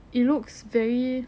it looks very